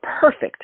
perfect